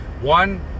One